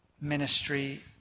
ministry